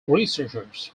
researchers